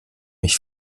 mich